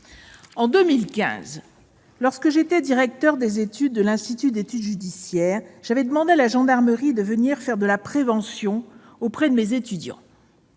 En 2015, lorsque j'étais directeur des études de l'Institut d'études judiciaires, j'avais demandé à la gendarmerie de venir faire de la prévention auprès de mes étudiants.